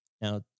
Now